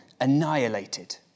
annihilated